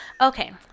okay